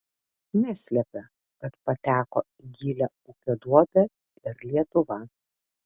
neslepia kad pateko į gilią ūkio duobę ir lietuva